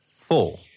Four